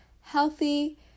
healthy